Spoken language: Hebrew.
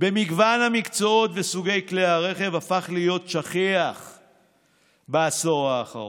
במגוון המקצועות וסוגי כלי הרכב הפך להיות שכיח בעשור האחרון,